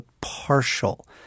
partial